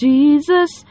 Jesus